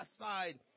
aside